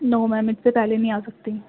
نو ma'am اس سے پہلے نہیں آ سکتی